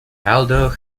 although